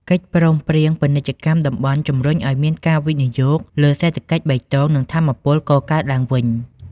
កិច្ចព្រមព្រៀងពាណិជ្ជកម្មតំបន់ជំរុញឱ្យមានការវិនិយោគលើសេដ្ឋកិច្ចបៃតង និងថាមពលកកើតឡើងវិញ។